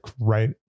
right